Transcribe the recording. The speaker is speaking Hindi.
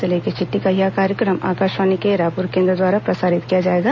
जिले की चिट्ठी का यह कार्यक्रम आकाशवाणी के रायपुर केंद्र द्वारा प्रसारित किया जाएगा